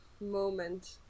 moment